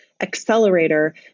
accelerator